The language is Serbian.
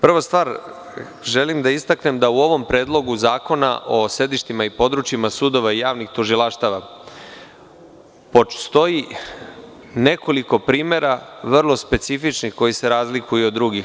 Prva stvar, želim da istaknem da u ovom Predlogu zakona o sedištima i područjima sudova i javnih tužilaštava postoji nekoliko primera vrlo specifičnih koji se razlikujuod drugih.